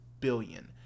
billion